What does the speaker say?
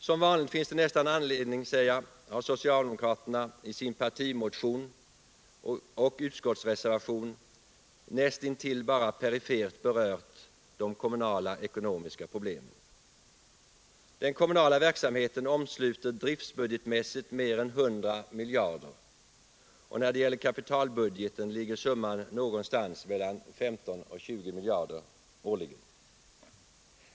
Som vanligt, finns det nästan anledning säga, har socialdemokraterna i sin partimotion och utskottsreservation näst intill bara perifert berört de kommunala ekonomiska problemen. Den kommunala verksamheten omsluter driftbudgetmässigt mer än 100 miljarder, och när det gäller kapitalbudgeten ligger summan någonstans mellan 15 och 20 miljarder årligen.